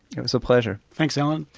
it was a pleasure. thanks, alan.